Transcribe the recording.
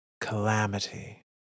calamity